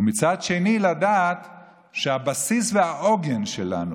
ומצד אחר לדעת שהבסיס והעוגן שלנו,